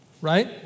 right